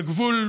על גבול,